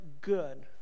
good